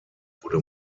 wurde